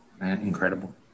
Incredible